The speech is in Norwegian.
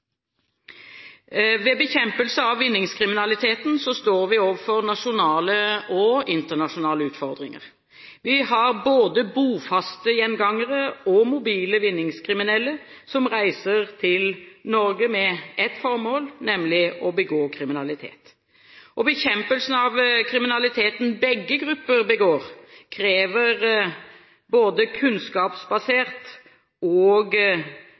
Ved bekjempelse av vinningskriminaliteten står vi overfor nasjonale og internasjonale utfordringer. Vi har både bofaste gjengangere og mobile vinningskriminelle som reiser til Norge med et formål – å begå kriminalitet. Bekjempelsen av kriminaliteten begge grupper begår, krever både kunnskapsbasert og